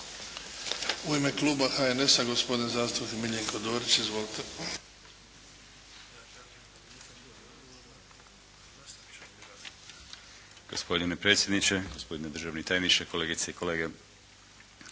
U ime Kluba HNS-a gospodin zastupnik Miljenko Dorić. **Dorić, Miljenko (HNS)** Gospodine predsjedniče, gospodine državni tajniče, kolegice i kolege.